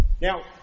Now